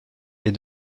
est